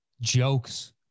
Jokes